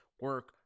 Work